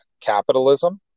capitalism